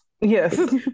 Yes